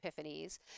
epiphanies